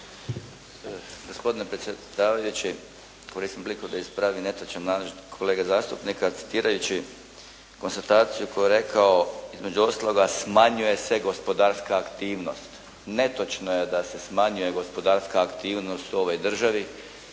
Gospodine predsjedavajući, koristim priliku da ispravim netočan navod kolege zastupnika kolege zastupnika citirajući konstataciju koju je rekao, između ostaloga smanjuje se gospodarska aktivnost. Netočno je da se smanjuje gospodarska aktivnost u ovoj državi,